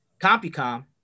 Compucom